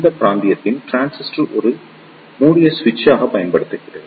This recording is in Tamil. இந்த பிராந்தியத்தில் டிரான்சிஸ்டர் ஒரு மூடிய சுவிட்சாக பயன்படுத்தப்படுகிறது